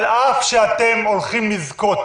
-- על אף שאתם הולכים לזכות